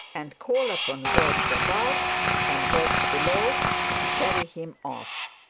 and call upon gods above and gods below to carry him off.